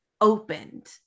opened